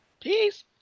Peace